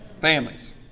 Families